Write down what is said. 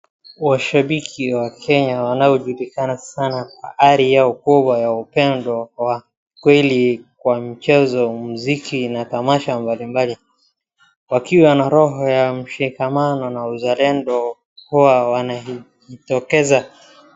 Washabiki wa Kenya wanaojulikana sana kwa hali yao kubwa ya upendo wa kweli kwa mchezo, muziki, na tamasha mbalimbali. Wakiwa na roho ya mshikamano na uzalendo, huwa wanajitokeza.